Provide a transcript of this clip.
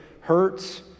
hurts